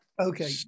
okay